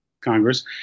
Congress